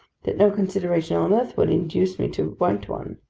that no consideration on earth would induce me to write one.